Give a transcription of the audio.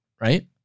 right